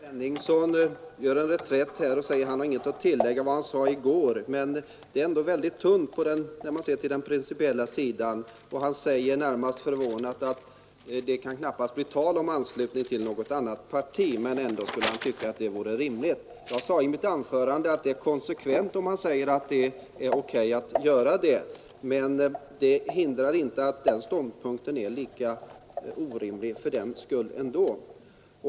Herr talman! Herr Henningsson gör en reträtt och säger att han har ingenting att tillägga till vad han sade i går. Det är ändå väldigt tunt när man ser till den principiella sidan. Herr Henningsson säger närmast förvånad att det kan knappast bli tal om anslutning till något annat parti, men ändå skulle han tycka att det vore rimligt. Jag framhöll i mitt anförande att det är konsekvent om man säger att det är O.K. att göra på detta sätt. Det hindrar emellertid inte att ståndpunkten ändå är lika orimlig.